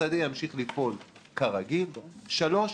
השדה ימשיך לפעול כרגיל; שלוש,